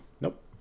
Nope